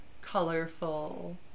colorful